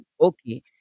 okay